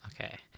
okay